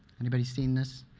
anybody seen this?